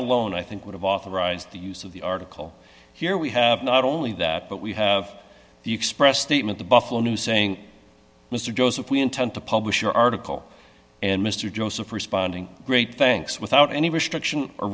alone i think would have authorized the use of the article here we have not only that but we have the express statement the buffalo news saying mr joseph we intend to publish your article and mr joseph responding great thanks without any restriction